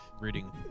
reading